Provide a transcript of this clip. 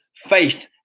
faith